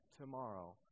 tomorrow